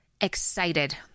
excited